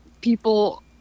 people